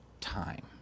time